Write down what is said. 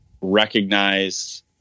recognize